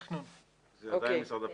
זה עדיין משרד הפנים.